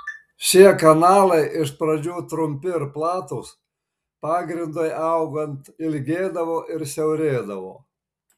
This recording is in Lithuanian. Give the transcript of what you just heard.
šie kanalai iš pradžių trumpi ir platūs pagrindui augant ilgėdavo ir siaurėdavo